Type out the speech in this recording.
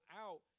out